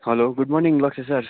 hello good morning Lakshya sir